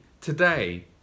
today